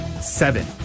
seven